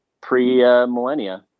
pre-millennia